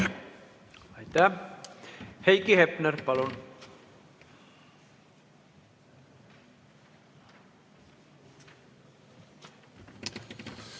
Heiki Hepner, palun!